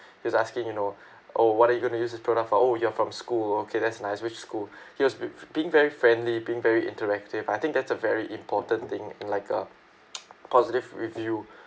he's asking you know oh what are you going to use this product for oh you're from school okay that's nice which school he was with being very friendly being very interactive I think that's a very important thing in like a positive review